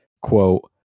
quote